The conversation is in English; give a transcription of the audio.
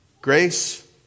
Grace